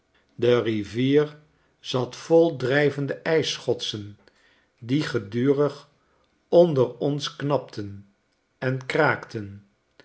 de rivier zat vol dry vende ijsschotsen die gedurig onder ons knapten en kraakten